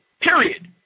period